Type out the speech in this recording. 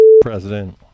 President